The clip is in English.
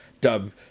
dub